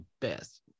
best